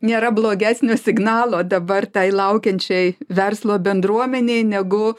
nėra blogesnio signalo dabar tai laukiančiai verslo bendruomenei negu